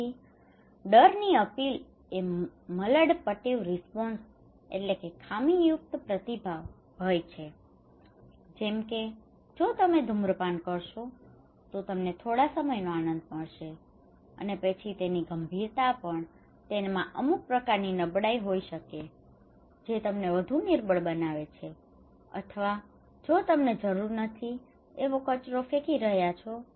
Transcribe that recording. તેથી ડરની અપિલએ મલડપટિવ રીસપોન્સનો maladaptive response ખામીયુક્ત પ્રતિભાવ ભય છે જેમ કે જો તમે ધૂમ્રપાન કરશો તો તમને થોડા સમયનો આનંદ મળે છે અને પછી તેની ગંભીરતા પણ તેમાં અમુક પ્રકારની નબળાઈ હોઈ શકે છે જે તમને વધુ નિર્બળ બનાવે છે અથવા જો તમને જરૂર નથી એવો કચરો ફેંકી રહ્યા છો